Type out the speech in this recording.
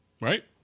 Right